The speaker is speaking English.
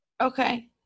okay